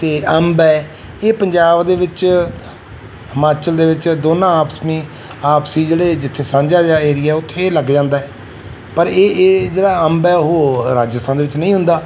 ਅਤੇ ਅੰਬ ਹੈ ਇਹ ਪੰਜਾਬ ਦੇ ਵਿੱਚ ਹਿਮਾਚਲ ਦੇ ਵਿੱਚ ਦੋਨਾਂ ਆਪਸ ਮੀ ਆਪਸੀ ਜਿਹੜੇ ਜਿੱਥੇ ਸਾਂਝਾ ਜਿਹਾ ਏਰੀਆ ਉੱਥੇ ਇਹ ਲੱਗ ਜਾਂਦਾ ਪਰ ਇਹ ਇਹ ਜਿਹੜਾ ਅੰਬ ਹੈ ਉਹ ਰਾਜਸਥਾਨ ਦੇ ਵਿੱਚ ਨਹੀਂ ਹੁੰਦਾ